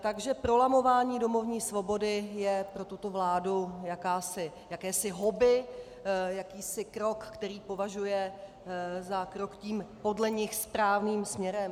Takže prolamování domovní svobody je pro tuto vládu jakési hobby, jakýsi krok, který považuje za krok tím podle nich správným směrem.